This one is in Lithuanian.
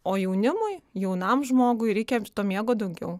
o jaunimui jaunam žmogui reikia to miego daugiau